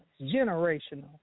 generational